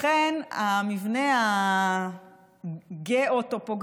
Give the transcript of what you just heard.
לכן המבנה הגיאו-טופוגרפי